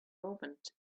moment